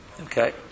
Okay